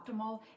optimal